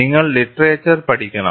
നിങ്ങൾ ലിറ്ററേച്ചർ പഠിക്കണം